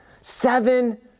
Seven